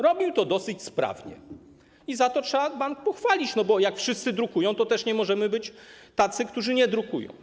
Robił to dosyć sprawnie i za to trzeba bank pochwalić, bo jak wszyscy drukują, to my nie możemy być tymi, którzy nie drukują.